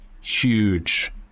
huge